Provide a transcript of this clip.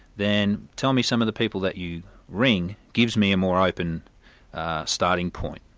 then tell me some of the people that you ring gives me a more open starting point.